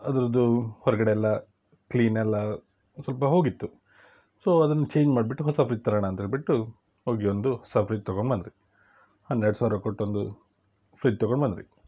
ಅದ್ರದು ಹೊರಗಡೆ ಎಲ್ಲ ಕ್ಲೀನೆಲ್ಲ ಸ್ವಲ್ಪ ಹೋಗಿತ್ತು ಸೊ ಅದನ್ನ ಚೇಂಜ್ ಮಾಡಿಬಿಟ್ಟು ಹೊಸ ಫ್ರಿಜ್ ತರೋಣ ಅಂತ್ಹೇಳ್ಬಿಟ್ಟು ಹೋಗಿ ಒಂದು ಹೊಸ ಫ್ರಿಜ್ ತೊಗೊಂಬಂದ್ವಿ ಹನ್ನೆರಡು ಸಾವಿರ ಕೊಟ್ಟು ಒಂದು ಫ್ರಿಜ್ ತೊಗೊಂಡು ಬಂದ್ವಿ